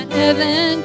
heaven